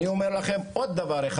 אני אומר לכם עוד דבר אחד.